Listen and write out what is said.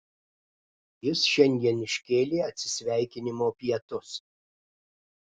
jis šiandien iškėlė atsisveikinimo pietus